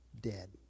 dead